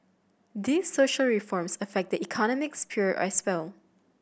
these social reforms affect the economic sphere as well